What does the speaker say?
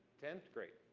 ten, great.